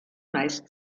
meist